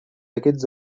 aquests